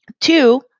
two